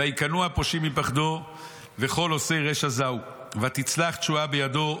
וייכנעו הפושעים מפחדו וכל עושי רשע זעו ותצלח תשועה בידו.